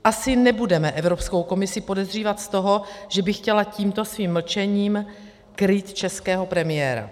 Asi nebudeme Evropskou komisi podezřívat z toho, že by chtěla tímto svým mlčením krýt českého premiéra.